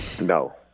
No